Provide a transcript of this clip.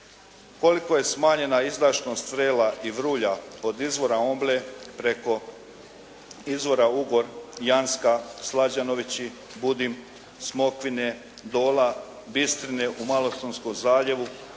Koliko je smanjena izdašnost vrela i vrulja od izvora Omble preko izvora Ugor, Janska, Slađanovići, Budim, Smokvine, Dola, Bistrine u Malostonskom zaljevu